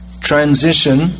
transition